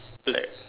black